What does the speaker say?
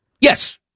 Yes